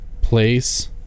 place